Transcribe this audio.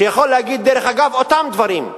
שיכול להגיד, דרך אגב, את אותם דברים?